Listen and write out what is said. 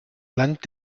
land